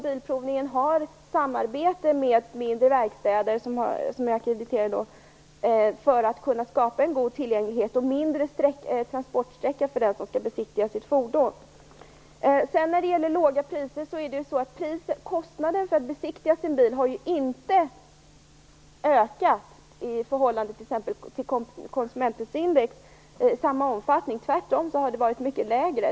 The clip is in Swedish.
Bilprovningen har i dag ett samarbete med mindre, auktoriserade verkstäder för att skapa en god tillgänglighet och mindre transportsträcka för den som skall besiktiga sitt fordon. När det gäller låga priser är det så att kostnaden för att besiktiga en bil inte har ökat i förhållande till t.ex. konsumentprisindex. Tvärtom har kostnaden varit mycket lägre.